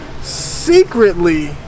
secretly